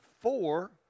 four